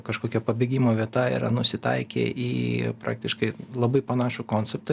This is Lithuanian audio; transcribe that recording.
kažkokia pabėgimo vieta yra nusitaikę į praktiškai labai panašų konceptą